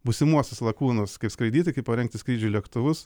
būsimuosius lakūnas kaip skraidyti kaip parengti skrydžiui lėktuvus